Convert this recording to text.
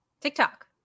TikTok